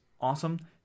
awesome